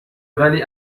ولی